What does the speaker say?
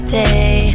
day